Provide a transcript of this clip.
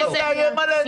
אתה לא תאיים עלינו,